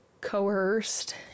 ...coerced